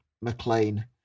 McLean